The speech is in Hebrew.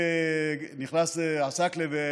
נכנס עסאקלה,